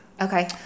Okay